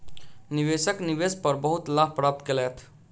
निवेशक निवेश पर बहुत लाभ प्राप्त केलैथ